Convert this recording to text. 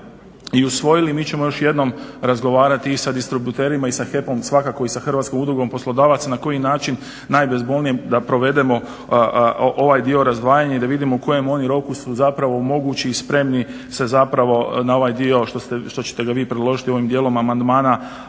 i usvojili. Mi ćemo još jednom razgovarati i sa distributerima i sa HEP-om, svakako i sa hrvatskom udrugom poslodavaca na koji način najbezbolnije da provedemo ovaj dio razdvajanja i da vidimo u kojem roku su zapravo mogući i spremni se zapravo na ovaj dio što ćete vi predložiti u ovom dijelu amandmana,